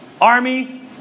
Army